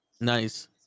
Nice